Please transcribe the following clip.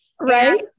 Right